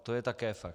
To je také fakt.